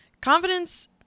Confidence